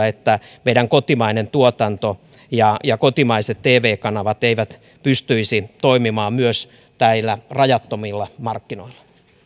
että meidän kotimainen tuotanto ja ja kotimaiset tv kanavat eivät pystyisi toimimaan myös näillä rajattomilla markkinoilla